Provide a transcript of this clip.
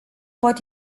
pot